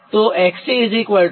તો XC 68